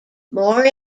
more